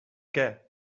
què